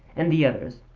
and the other